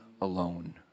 alone